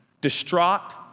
distraught